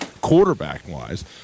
quarterback-wise